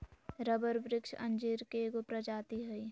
rubber वृक्ष अंजीर के एगो प्रजाति हइ